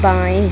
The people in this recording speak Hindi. बाएं